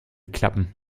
klappen